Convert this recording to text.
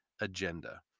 agenda